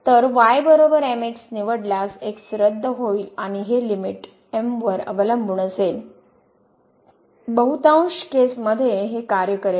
तर y mx निवडल्यास x रद्द होईल आणि हे लिमिट m वर अवलंबून असेल बहुतांश केस मध्ये हे कार्य करेल